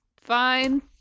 fine